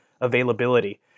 availability